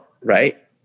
Right